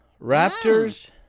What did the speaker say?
Raptors